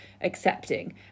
accepting